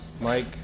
Mike